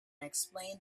explained